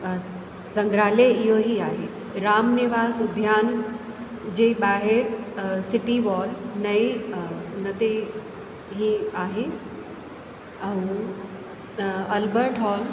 संग्रहालय इहो ई आहे राम निवास उद्यान जे ॿाहिरि सिटी वॉल नई हुन ते ई आहे ऐं अलबर्ट हॉल